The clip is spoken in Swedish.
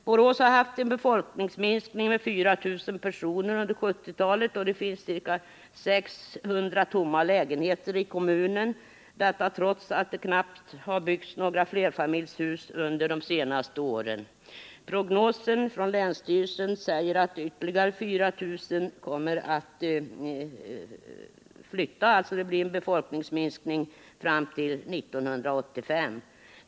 Borås har haft en befolkningsminskning med 4 000 personer under 1970-talet, och det finns ca 600 tomma lägenheter i kommunen, trots att det knappast har byggts några flerfamiljshus under de senaste åren. Prognosen från länsstyrelsen säger att ytterligare 4 000 kommer att flytta; det blir en befolkningsminskning fram till 1985.